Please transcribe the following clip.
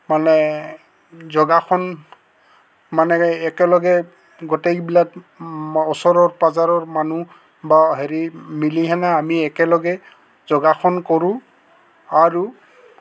মানে যোগাসন মানে একেলগে গোটেইবিলাক ওচৰৰ পাঁজৰৰ মানুহ বা হেৰি মিলিকেনে আমি একেলগে যোগাসন কৰোঁ আৰু